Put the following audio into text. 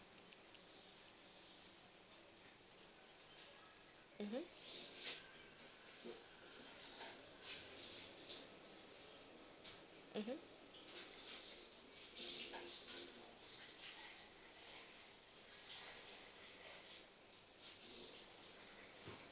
mmhmm mmhmm